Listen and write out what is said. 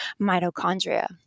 mitochondria